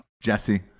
Jesse